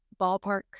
ballpark